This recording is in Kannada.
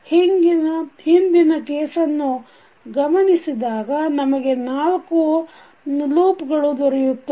ಹಿಂಗಿನ ಕೇಸನ್ನು ಗಮನಿಸಿದಾಗ ನಮಗೆ 4 ಲೂಪ್ಗಳು ದೊರೆತವು